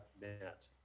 met